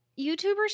YouTubers